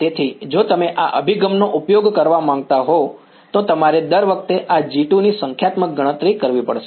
તેથી જો તમે આ અભિગમનો ઉપયોગ કરવા માંગતા હો તો તમારે દર વખતે આ G2 ની સંખ્યાત્મક ગણતરી કરવી પડશે